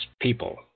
people